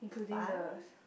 five